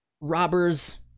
robbers